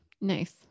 Nice